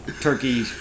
turkey